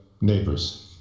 neighbors